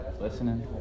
Listening